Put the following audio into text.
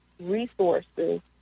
resources